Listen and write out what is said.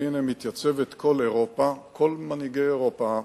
והנה מתייצבת כל אירופה, כל מנהיגי אירופה,